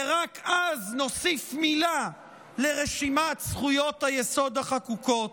ורק אז נוסיף מילה לרשימת זכויות היסוד החקוקות.